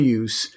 use